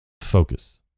Focus